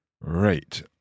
Right